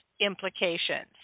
implications